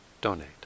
donate